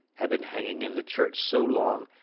had been hanging in the church so long,